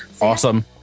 Awesome